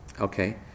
Okay